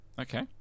Okay